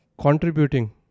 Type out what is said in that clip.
contributing